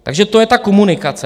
Takže to je ta komunikace.